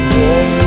day